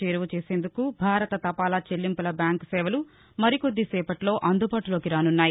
చేరువ చేసేందుకు భారత తపాలా చెళ్లింవుల బ్యాంకు సేవలు మరికొద్దిసేవట్లో అందుబాటులోకి రానున్నాయి